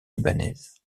libanaise